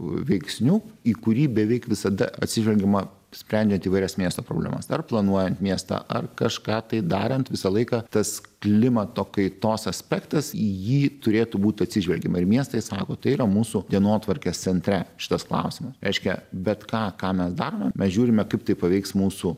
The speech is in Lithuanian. veiksniu į kurį beveik visada atsižvelgiama sprendžiant įvairias miesto problemas ar planuojant miestą ar kažką tai darant visą laiką tas klimato kaitos aspektas į jį turėtų būt atsižvelgiama ir miestai sako tai yra mūsų dienotvarkės centre šitas klausimas reiškia bet ką ką mes darome mes žiūrime kaip tai paveiks mūsų